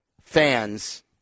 fans